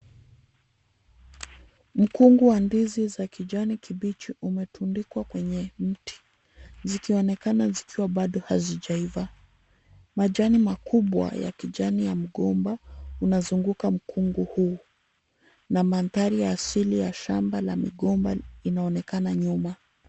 Mkungu wa ndizi za kijani kibichi umetundikwa kwenye mti, zikionekana zikiwa bado hazijaiva. Majani makubwa ya kijani ya mgomba unazunguka mkungu huu na mandhari ya asili ya shamba la migomba inaonekana nyuma.